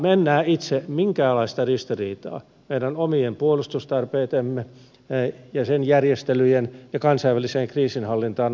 minä en näe itse minkäänlaista ristiriitaa meidän omien puolustustarpeidemme ja sen järjestelyjen ja kansainväliseen kriisinhallintaan osallistumisen välillä